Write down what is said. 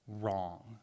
wrong